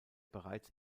bereits